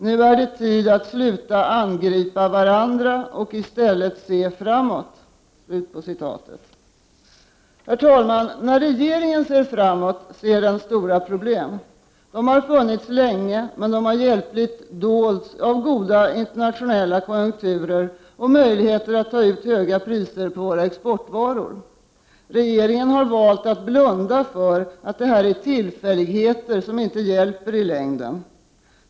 Nu är det tid att sluta angripa varandra och i stället se framåt.” Herr talman! När regeringen ser framåt ser den stora problem. Dessa har funnits länge, men de har hjälpligt dolts av goda internationella konjunkturer och möjligheter att ta ut höga priser på våra exportvaror. Regeringen har valt att blunda för att detta är tillfälligheter som inte hjälper i längden.